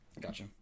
Gotcha